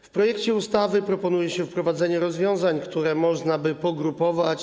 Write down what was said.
W projekcie ustawy proponuje się wprowadzenie rozwiązań, które można by pogrupować.